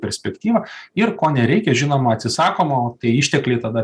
perspektyva ir ko nereikia žinoma atsisakoma o tai ištekliai tada